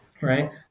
right